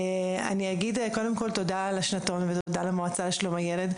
אני אגיד קודם כל תודה על השנתון ותודה למועצה לשלום הילד,